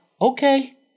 Okay